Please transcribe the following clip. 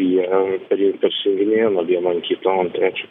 jie kely persijunginėja nuo vieno ant kito trečio